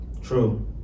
true